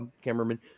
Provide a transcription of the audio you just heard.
cameraman